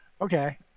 Okay